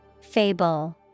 Fable